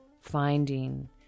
finding